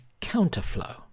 counterflow